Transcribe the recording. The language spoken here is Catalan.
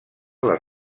les